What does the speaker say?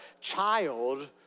child